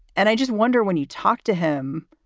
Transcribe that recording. and i just wonder when you talk to him